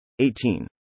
18